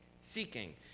Seeking